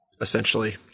essentially